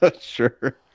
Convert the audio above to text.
Sure